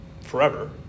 forever